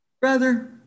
Brother